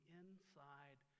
inside